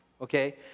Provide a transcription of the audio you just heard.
Okay